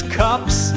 cups